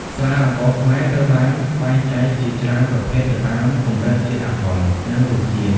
ស្រាអង្ករខ្មែរ ត្រូវបានបែងចែកជាច្រើនប្រភេទទៅតាមកម្រិតជាតិអាល់កុល និងរសជាតិ។